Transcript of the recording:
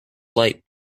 light